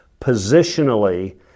positionally